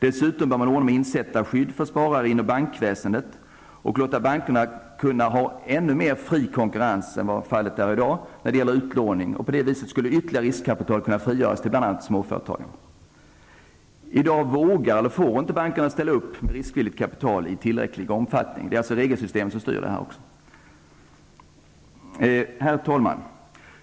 Dessutom bör man ordna med insättarskydd för sparare inom bankväsendet och låta bankerna ha ännu mer fri konkurrens än vad fallet är i dag när det gäller utlåning. På det viset skulle ytterligare riskkapital kunna frigöras till bl.a. småföretagarna. I dag vågar eller får inte bankerna ställa upp med riskvilligt kapital i tillräcklig omfattning. Det är alltså regelsystemet som styr även detta. Herr talman!